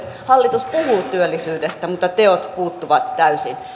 hallitus puhuu työllisyydestä mutta teot puuttuvat täysin